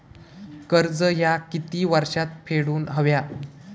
कर्ज ह्या किती वर्षात फेडून हव्या?